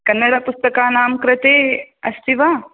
कन्नडपुस्तकानां कृते अस्ति वा